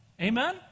Amen